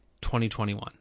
2021